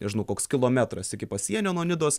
nežinau koks kilometras iki pasienio nuo nidos